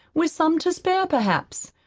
with some to spare, perhaps.